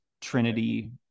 Trinity